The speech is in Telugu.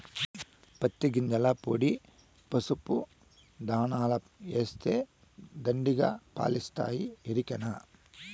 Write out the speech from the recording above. పత్తి గింజల పొడి పసుపు దాణాల ఏస్తే దండిగా పాలిస్తాయి ఎరికనా